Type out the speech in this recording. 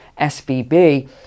SVB